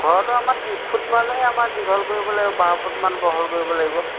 ঘৰটো আমাৰ ত্ৰিছ ফুট মানে আমাৰ দীঘল কৰিব লাগিব বাৰ ফুটমান বহল কৰিব লাগিব